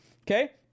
okay